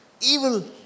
evil